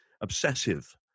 obsessive